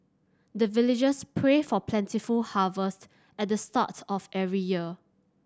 the villagers pray for plentiful harvest at the start of every year